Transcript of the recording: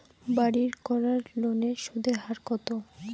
বাড়ির করার লোনের সুদের হার কত?